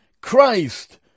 Christ